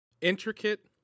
intricate